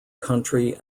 country